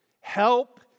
help